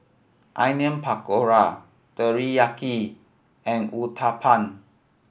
Onion Pakora Teriyaki and Uthapam